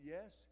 Yes